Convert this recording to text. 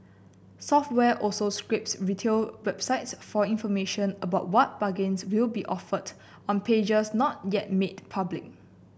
software also scrapes retail websites for information about what bargains will be offered on pages not yet made public